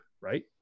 right